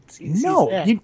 No